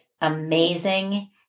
amazing